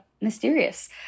mysterious